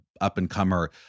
up-and-comer